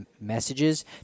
messages